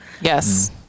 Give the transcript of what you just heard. Yes